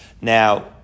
Now